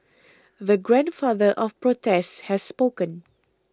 the Grandfather of protests has spoken